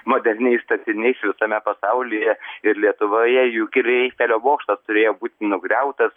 moderniais statiniais visame pasaulyje ir lietuvoje juk ir eifelio bokštas turėjo būti nugriautas